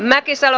mäkisalo